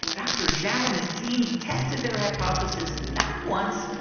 dr. zhao and his team tested their hypothesis not once,